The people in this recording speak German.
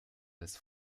das